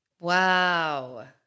Wow